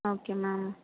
okay ma'am